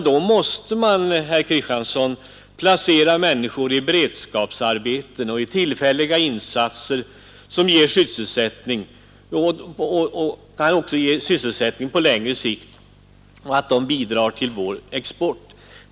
Då måste man, herr Kristiansson, placera människor i beredskapsarbeten och göra tillfälliga insatser som ger sysselsättning och som också kan ge sysselsättning på längre sikt och bidra till vår export.